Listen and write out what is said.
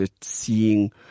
seeing